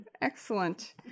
Excellent